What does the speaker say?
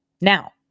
Now